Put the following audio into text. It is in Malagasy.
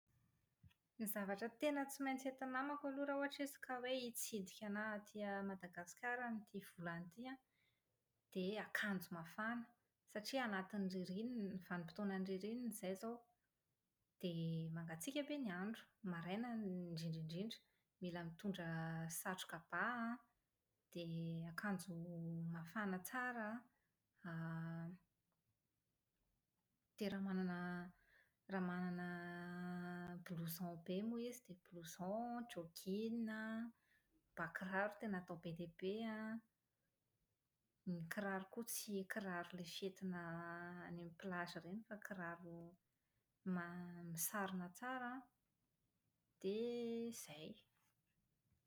Ny zavatra tena tsy maintsy entin'ny namako aloha raha ohatra izy ka hoe hitsidika an'ahako aty Madagasikara amin'ity volana ity an, dia akanjo mafana satria anatin'ny ririnina vanimpotoanan'ny ririnina izahay izao dia mangatsiaka be ny andro. Ny maraina indrindra indrindra. Mila mitondra satroka bà an dia akanjo mafana tsara an > dia raha manana raha manana blouson be moa izy dia blouson, jogging, bà kiraro tena atao be dia be an, ny kiraro koa tsy kiraro ilay fentina amin'ny plage ireny fa kiraro ma- misarona tsara an dia izay.